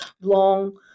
long